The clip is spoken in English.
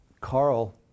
Carl